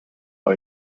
par